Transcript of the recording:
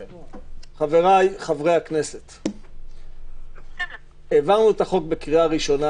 חבריי חברי הכנסת, העברנו את החוק בקריאה ראשונה.